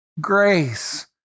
grace